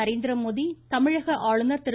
Narendra Modi கமிழக ஆனுநர் Thiru